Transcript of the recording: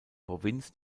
provinz